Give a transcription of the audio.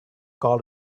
carl